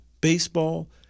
baseball